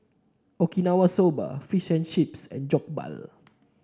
Okinawa Soba Fish and Chips and Jokbal